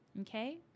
okay